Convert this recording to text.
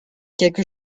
quelque